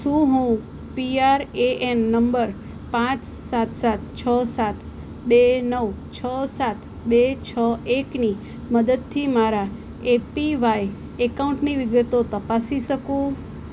શું હું PRAN number પાંચ સાત સાત છ સાત બે નવ છ સાત બે છ એકની મદદથી મારા એપીવાય એકાઉન્ટની વિગતો તપાસી શકું